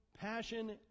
passion